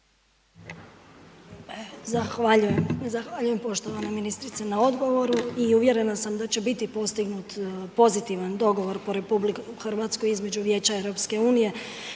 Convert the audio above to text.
Zahvaljujem poštovana ministrice na odgovoru. I uvjerena sam da će biti postignut pozitivan dogovor RH, između Vijeća EU, Komisije